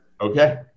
Okay